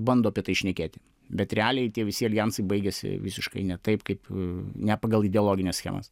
bando apie tai šnekėti bet realiai tie visi aljansai baigiasi visiškai ne taip kaip ne pagal ideologines schemas